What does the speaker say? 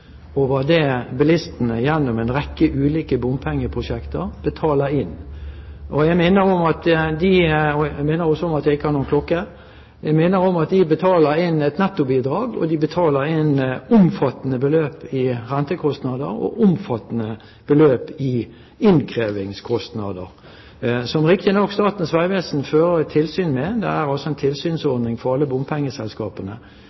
det bilistene gjennom en rekke ulike bompengprosjekter betaler inn. Jeg minner om at de betaler inn et nettobidrag, og de betaler inn omfattende beløp i rentekostnader og omfattende beløp i innkrevingskostnader, som riktig nok Statens vegvesen fører et tilsyn med. Det er altså en